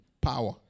power